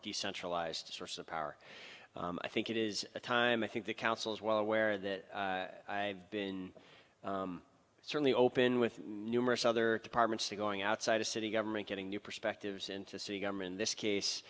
decentralized source of power i think it is a time i think the council is well aware that i've been certainly open with numerous other departments to going outside of city government getting new perspectives and to see government in this case